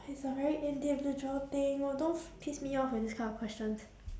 it's a very individual thing !wah! don't f~ piss me off with this kind of questions